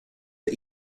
are